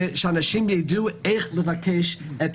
שאנשים ידעו איך לבקש.